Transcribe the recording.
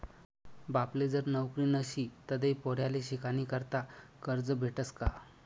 बापले जर नवकरी नशी तधय पोर्याले शिकानीकरता करजं भेटस का?